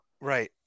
Right